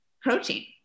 protein